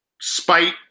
spite